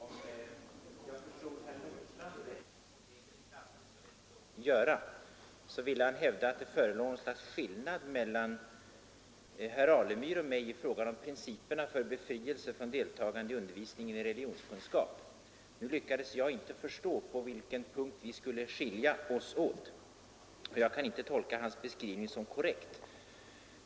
Herr talman! Om jag förstod herr Nordstrandh rätt, och det är inte alltid så lätt att göra, ville han hävda att det förelåg något slags skillnad mellan herr Alemyr och mig i fråga om vår syn på principerna för befrielse från deltagande i undervisningen i religionskunskap. Nu lyckades jag inte förstå på vilken punkt vi skulle skilja oss åt, och jag kan inte tolka herr Nordstrandhs beskrivning som korrekt.